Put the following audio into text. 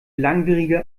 langwierige